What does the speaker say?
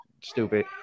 stupid